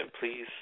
please